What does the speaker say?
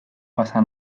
pasa